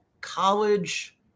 college